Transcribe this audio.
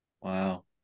Wow